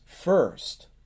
first